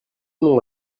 nom